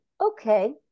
okay